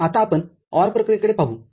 आता आपण OR प्रक्रियेकडे पाहू